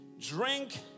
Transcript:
drink